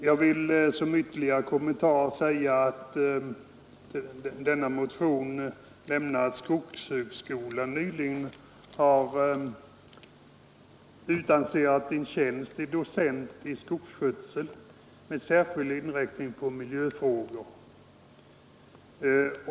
Jag vill som ytterligare kommentar till denna motion nämna att skogshögskolan nyligen har utannonserat en docentur i skogsskötsel med särskild inriktning på miljöfrågor.